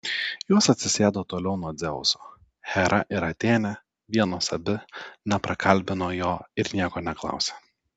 jos atsisėdo toliau nuo dzeuso hera ir atėnė vienos abi neprakalbino jo ir nieko neklausė